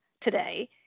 today